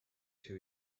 two